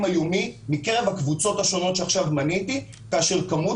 היומי מקרב הקבוצות השונות שעכשיו מניתי כאשר מספר